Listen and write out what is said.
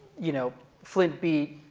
you know flint beat,